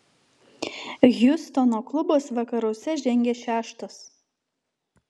hjustono klubas vakaruose žengia šeštas